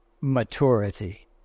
maturity